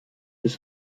des